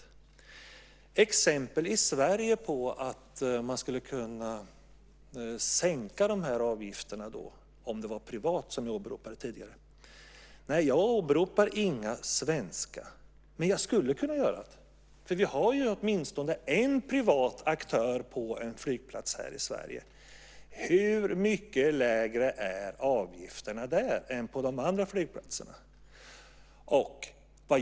När det gäller exempel i Sverige på att man skulle kunna sänka avgifterna om det var privat vill jag säga att jag inte åberopar några svenska. Men jag skulle kunna göra det. Vi har åtminstone en privat aktör på en flygplats här i Sverige. Hur mycket lägre är avgifterna där än på de andra flygplatserna?